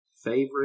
favorite